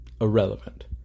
Irrelevant